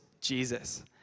Jesus